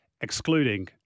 excluding